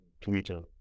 Twitter